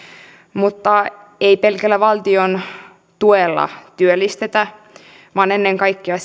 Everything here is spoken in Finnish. mutta ei pelkällä valtion tuella työllistetä vaan ennen kaikkea